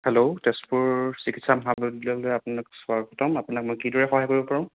hello Tezpur চিকিৎসা মহাবিদ্যালয়লৈ আপোনাক স্বাগতম আপোনাক মই কিদৰে সহায় কৰিব পাৰোঁ